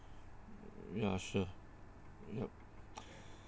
ya sure yup